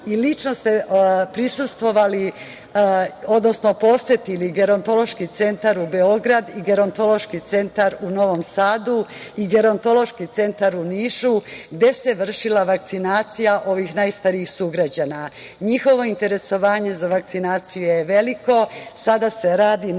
i lično ste prisustvovali, odnosno posetili Gerontološki centar Beograd, Gerontološki centar u Novom Sadu i Gerontološki centar u Nišu gde se vršila vakcinacija ovih najstarijih sugrađana. Njihovo interesovanje za vakcinaciju je veliko. Sada se radi na